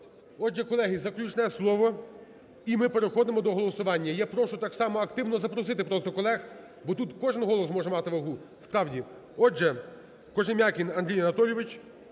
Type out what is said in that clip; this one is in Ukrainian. Отже, колеги, заключне слово і ми переходимо до голосування. Я прошу, так само, активно запросити просто колег, бо тут кожен голос може мати вагу, справді. Отже, Кожем'якін Андрій Анатолійович